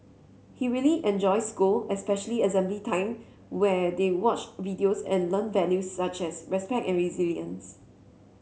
he really enjoys school especially assembly time where they watch videos and learn values such as respect and resilience